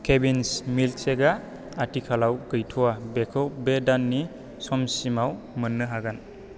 Kevin's milkshake आ आथिखालाव गैथ'आ बेखौ बे दान समसिमाव मोन्नो हागोन